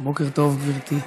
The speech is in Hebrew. בוקר טוב, גברתי,